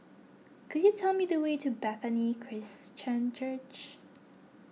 could you tell me the way to Bethany Christian Church